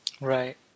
Right